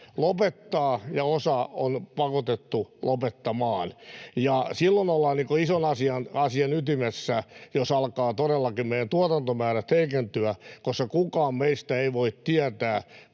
lopettaa ja osa on pakotettu lopettamaan. Silloin ollaan ison asian ytimessä, jos alkavat todellakin meidän tuotantomäärät heikentyä, koska kukaan meistä ei voi tietää,